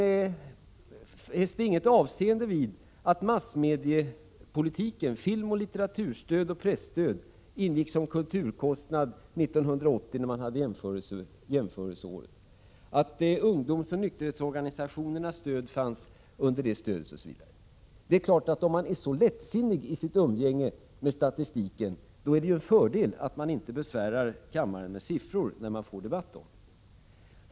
Den fäste inget avseende vid att massmediepolitiken, filmoch litteraturstödet och presstödet ingick som kulturkostnader 1980, som var jämförelseåret, att ungdomsoch nykterhetsorganisationernas stöd fanns under denna titel, osv. Om man är så lättsinnig i sitt umgänge med statistiken är det ju en fördel att man inte besvärar kammaren med siffror.